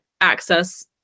access